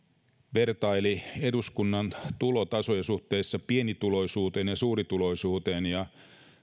vertaili eduskunnan tulotasoja suhteessa pienituloisuuteen ja suurituloisuuteen ja